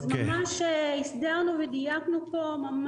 ממש הסדרנו ודייקנו פה.